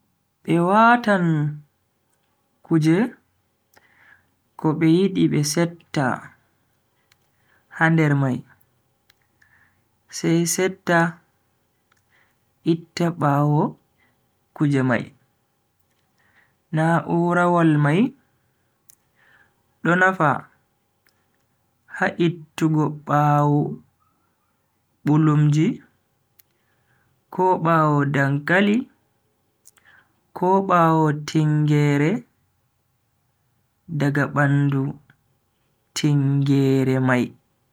Be watan kuje ko be yidi be setta ha nder mai sai setta itta bawo kuje mai. Na'urawol mai do nafa ha ittugo bawo bulumji ko bawo dankali ko bawo tingeere daga badu tingeere mai.